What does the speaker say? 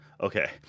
okay